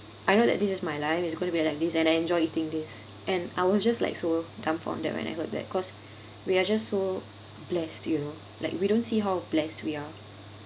I know that this is my life it's going to be like this and I enjoy eating this and I was just like so dumbfounded when I heard that cause we are just so blessed you know like we don't see how blessed we are